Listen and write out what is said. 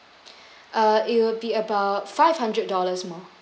uh it would be about five hundred dollars more